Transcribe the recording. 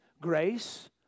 grace